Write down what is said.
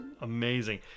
amazing